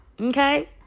okay